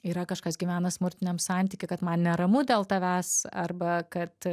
yra kažkas gyvena smurtiniam santyky kad man neramu dėl tavęs arba kad